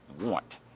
want